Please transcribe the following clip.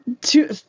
two